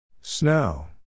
Snow